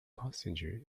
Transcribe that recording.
passenger